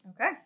Okay